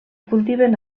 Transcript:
cultiven